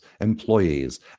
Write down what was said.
employees